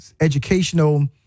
educational